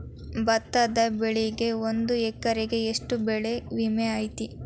ಭತ್ತದ ಬೆಳಿಗೆ ಒಂದು ಎಕರೆಗೆ ಎಷ್ಟ ಬೆಳೆ ವಿಮೆ ಐತಿ?